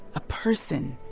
a person.